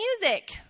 music